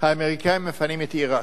האמריקניים מפנים את עירק,